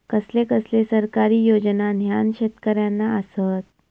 कसले कसले सरकारी योजना न्हान शेतकऱ्यांना आसत?